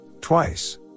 Twice